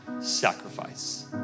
sacrifice